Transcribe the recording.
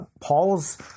Paul's